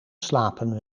slapen